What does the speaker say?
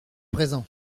présent